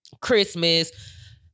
Christmas